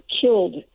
killed